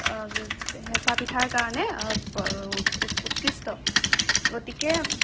হেঁচা পিঠাৰ কাৰণে উৎকৃষ্ট গতিকে